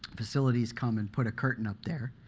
facilities come and put a curtain up there.